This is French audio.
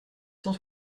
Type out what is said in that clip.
cent